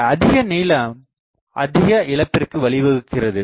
இந்த அதிக நீளம் அதிக இழப்பிற்கு வழிவகுக்கிறது